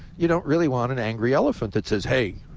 you don't really want an angry elephant that's says, hey,